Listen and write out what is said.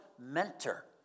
mentor